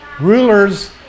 rulers